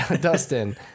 Dustin